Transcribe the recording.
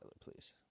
please